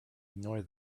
ignore